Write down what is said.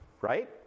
right